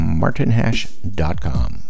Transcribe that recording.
martinhash.com